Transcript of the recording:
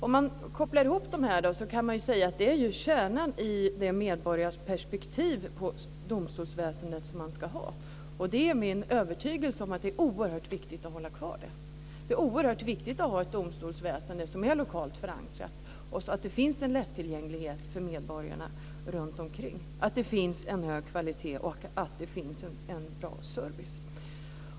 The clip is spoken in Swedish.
Om man kopplar ihop dessa kan man säga att det är kärnan i ett medborgarperspektiv på domstolsväsendet. Det är min övertygelse att det är oerhört viktigt att hålla kvar det. Det är oerhört viktigt att ha ett domstolsväsende som är lokalt förankrat. Det måste finnas en lättillgänglighet för medborgarna, en hög kvalitet och en bra service.